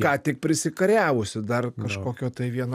ką tik prisikariavusi dar kažkokio tai vieno konflikto